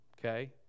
Okay